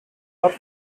are